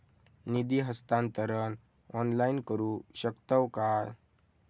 निधी हस्तांतरण ऑनलाइन करू शकतव काय?